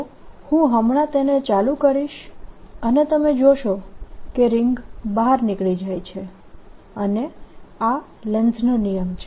તો હું હમણાં તેને ચાલુ કરીશ અને તમે જોશો કે રિંગ બહાર નીકળી જાય છે અને આ લેન્ઝનો નિયમ છે